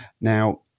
Now